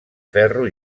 ferro